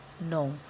No